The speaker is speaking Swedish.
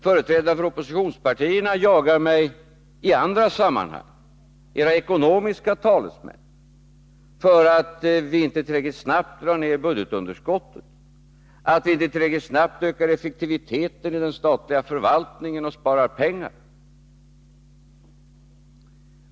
Företrädare för oppositionspartierna, deras ekonomiska talesmän, jagar mig i andra sammanhang för att regeringen inte tillräckligt snabbt drar ner budgetunderskottet och inte tillräckligt snabbt ökar effektiviteten i den statliga förvaltningen och sparar pengar.